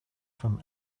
from